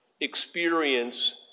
experience